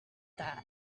that